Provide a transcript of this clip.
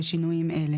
בשינויים אלה: